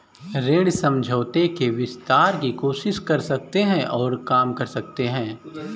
ऋण समझौते के विस्तार की कोशिश कर सकते हैं और काम कर सकते हैं